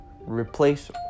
Replace